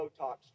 Botox